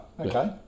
okay